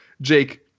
Jake